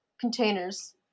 containers